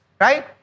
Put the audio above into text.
right